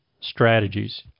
strategies